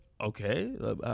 okay